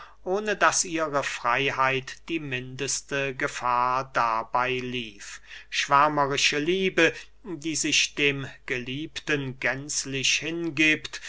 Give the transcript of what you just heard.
ohne daß ihre freyheit die mindeste gefahr dabey lief schwärmerische liebe die sich dem geliebten gänzlich hingiebt